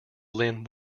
lynn